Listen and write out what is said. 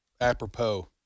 apropos